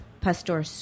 pastor